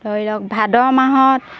ধৰি লওক ভাদ মাহত